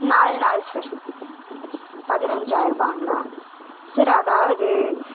நாலு நாள் சார் பதினஞ்சாயிருபாங்களா சார் அதாவது